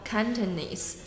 Cantonese